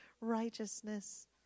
righteousness